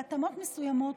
בהתאמות מסוימות,